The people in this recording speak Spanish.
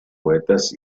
poetas